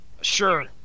Sure